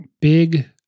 Big